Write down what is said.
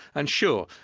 and sure,